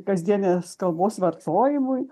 kasdienės kalbos vartojimui